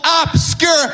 obscure